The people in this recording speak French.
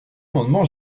amendement